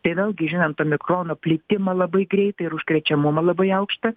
tai vėlgi žinant omikrono plitimą labai greitai ir užkrečiamumą labai aukštą